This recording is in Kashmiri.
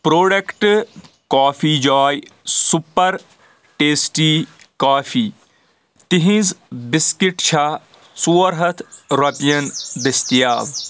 product coffee joy super tasty coffee thins biscuit چھا ژور ہتھ رۄپیَن دٔستِیاب